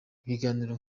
ibiganiro